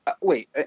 Wait